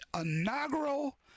inaugural